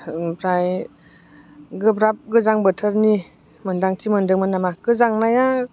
ओमफ्राय गोब्राब गोजां बोथोरनि मोन्दांथि मोनदोंमोन नामा गोजांनाया